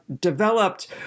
developed